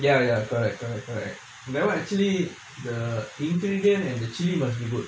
ya ya correct correct correct that [one] actually the ingredient and the chili must be good